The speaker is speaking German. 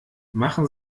machen